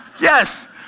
yes